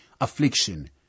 affliction